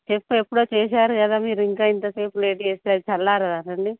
చెప్పు ఎప్పుడో చేశారు కదా మీరు ఇంకా ఇంతసేపు లేట్ చేసారు చల్లారదా మళ్ళీ